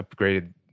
upgraded